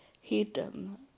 hidden